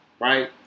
Right